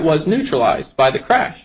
was neutralized by the crash